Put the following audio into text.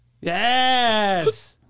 Yes